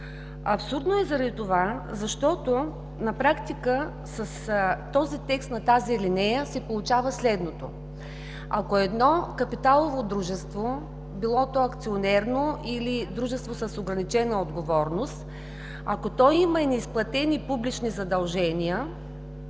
Абсурдно е заради това, защото на практика с текста на тази алинея се получава следното: ако едно капиталово дружество, било то акционерно или дружество с ограничена отговорност, има неизплатени публични задължения